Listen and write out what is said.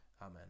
Amen